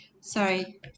Sorry